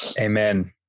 Amen